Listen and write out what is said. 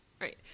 Right